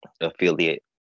affiliate